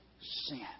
Sin